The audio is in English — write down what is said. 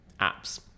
apps